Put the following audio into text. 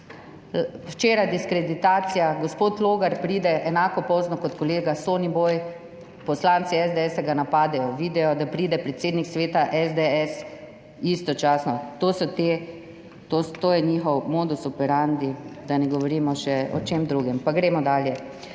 Včeraj diskreditacija, gospod Logar pride enako pozno kot kolega Soniboj, poslanci SDS ga napadejo, vidijo, da pride predsednik sveta SDS istočasno. To je njihov modus operandi, da ne govorimo še o čem drugem. Pa gremo dalje.